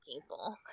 people